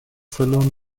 saloon